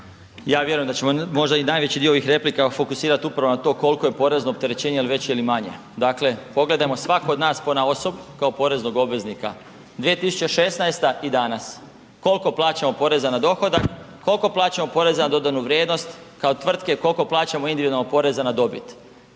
ja vjerujem da ćemo možda i najveći dio ovih replika fokusirat upravo na to koliko je porezno opterećenje, jel veće ili manje. Dakle, pogledajmo svako od nas ponaosob kao poreznog obveznika 2016. i danas. Koliko plaćamo poreza na dohodak, koliko plaćamo poreza na dodanu vrijednost kao tvrtke, koliko plaćamo individualno poreza na dobit?